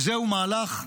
וזה מהלך,